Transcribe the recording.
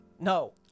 No